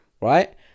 Right